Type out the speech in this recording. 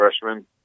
freshman